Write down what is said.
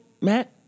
Matt